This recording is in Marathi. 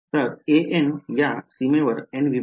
तर an या सीमेवर n विभाग आहेत